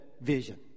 vision